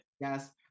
Yes